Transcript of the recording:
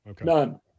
None